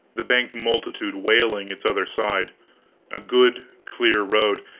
the banked multitude wailing its other side a good clear road,